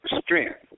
strength